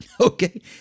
Okay